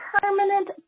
permanent